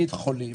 או חולים,